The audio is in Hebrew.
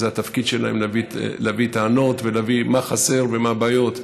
התפקיד שלהם הוא להביא טענות ולהביא מה שחסר ומה הבעיות.